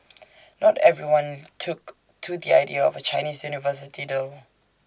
not everyone took to the idea of A Chinese university though